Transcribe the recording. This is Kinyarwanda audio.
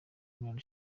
miliyoni